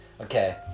Okay